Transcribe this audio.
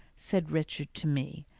said richard to me,